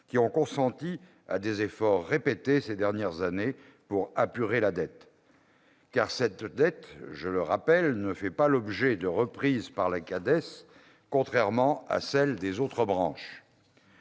qui ont consenti des efforts répétés ces dernières années pour apurer la dette. Car celle-ci, je le rappelle, ne fait pas l'objet de reprises par la CADES, contrairement à ce qui s'est passé